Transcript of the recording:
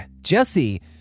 Jesse